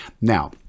Now